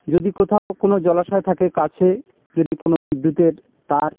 যদি কোথাও কোনো জলাশয় থাকে কাছে যদি কোনো বিদ্যুতের তার